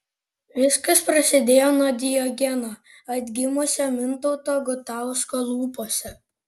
viskas prasidėjo nuo diogeno atgimusio mintauto gutausko lūpose